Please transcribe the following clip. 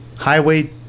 highway